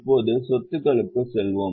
இப்போது சொத்துக்களுக்கு செல்வோம்